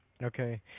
Okay